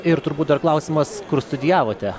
ir turbūt dar klausimas kur studijavote